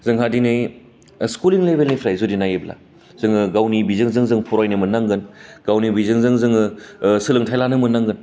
जोंहा दिनै स्कुलनि लेबेलनिफ्राय जुदि नायोब्ला जोङो गावनि बिजोंजों जों फरायनो मान्नांगोन गावनि बिजोंजों जोङो सोलोंथाइ लानो मोन्नांगोन